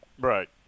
Right